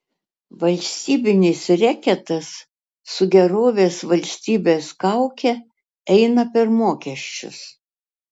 valstybinis reketas su gerovės valstybės kauke eina per mokesčius